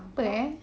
apa eh